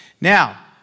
Now